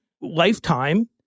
lifetime